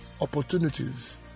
opportunities